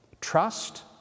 trust